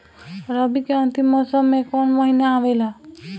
रवी के अंतिम मौसम में कौन महीना आवेला?